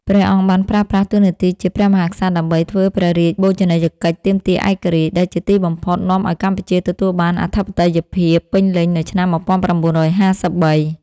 ព្រះអង្គបានប្រើប្រាស់តួនាទីជាព្រះមហាក្សត្រ ដើម្បីធ្វើព្រះរាជបូជនីយកិច្ចទាមទារឯករាជ្យ ដែលជាទីបំផុតនាំឱ្យកម្ពុជាទទួលបានអធិបតេយ្យភាពពេញលេញនៅឆ្នាំ១៩៥៣។